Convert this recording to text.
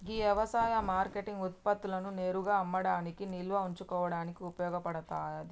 గీ యవసాయ మార్కేటింగ్ ఉత్పత్తులను నేరుగా అమ్మడానికి నిల్వ ఉంచుకోడానికి ఉపయోగ పడతాది